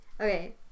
Okay